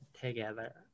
together